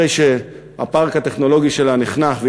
אחרי שהפארק הטכנולוגי שלה נחנך,